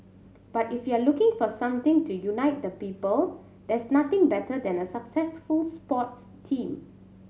but if you're looking for something to unite the people there's nothing better than a successful sports team